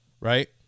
right